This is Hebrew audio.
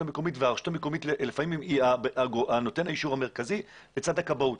המקומית והרשות המקומית לפעמים היא נותן האישור המרכזי לצד הכבאות.